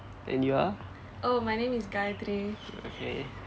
and you are okay